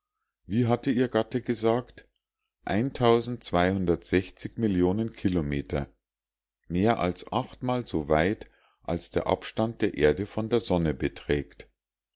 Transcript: wie hatte ihr gatte gesagt millionen kilometer mehr als achtmal so weit als der abstand der erde von der sonne beträgt